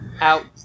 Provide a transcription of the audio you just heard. out